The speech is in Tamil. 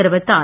தெரிவித்தார்